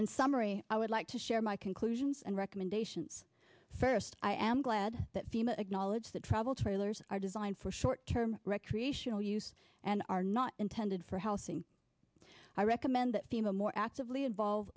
and summary i would like to share my conclusions and recommendations first i am glad that fema acknowledged that travel trailers are designed for short term recreational use and are not intended for housing i recommend that the more actively involved